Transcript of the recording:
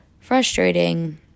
frustrating